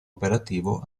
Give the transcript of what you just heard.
operativo